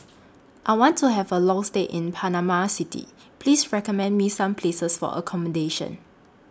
I want to Have A Long stay in Panama City Please recommend Me Some Places For accommodation